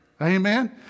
Amen